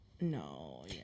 No